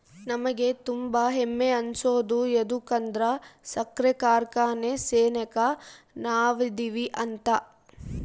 ನಮಿಗೆ ತುಂಬಾ ಹೆಮ್ಮೆ ಅನ್ಸೋದು ಯದುಕಂದ್ರ ಸಕ್ರೆ ಕಾರ್ಖಾನೆ ಸೆನೆಕ ನಾವದಿವಿ ಅಂತ